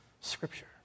Scripture